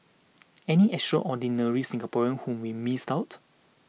any extraordinary Singaporeans whom we missed out